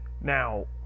Now